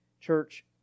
Church